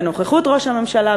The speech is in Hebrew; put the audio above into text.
בנוכחות ראש הממשלה,